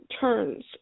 turns